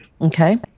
Okay